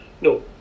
no